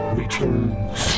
returns